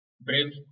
Brave